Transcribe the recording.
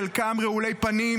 חלקם רעולי פנים,